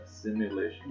simulation